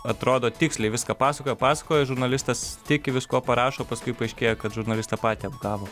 atrodo tiksliai viską pasakojo pasakojo žurnalistas tiki viskuo parašo paskui paaiškėja kad žurnalistą patį apgavo